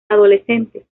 adolescentes